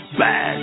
bad